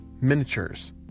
miniatures